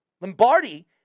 Lombardi